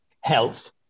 health